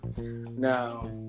Now